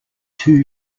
too